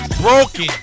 Broken